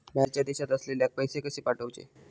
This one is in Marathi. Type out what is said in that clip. बाहेरच्या देशात असलेल्याक पैसे कसे पाठवचे?